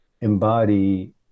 embody